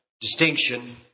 distinction